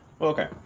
Okay